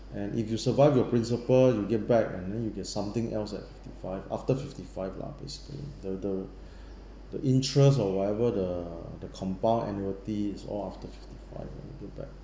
and if you survive your principal you'll get back and then you get something else at fifty five after fifty five lah basically the the the interest or whatever the the compound annuity is all after fifty five lah you get back